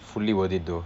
fully worth it though